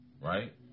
right